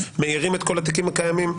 מעירים את כל התיקים הקיימים.